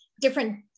different